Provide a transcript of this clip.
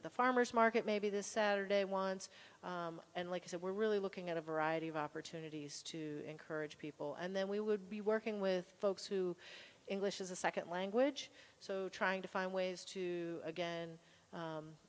at the farmer's market maybe this saturday once and like i said we're really looking at a variety of opportunities to encourage people and then we would be working with folks who english is a second language so trying to find ways to again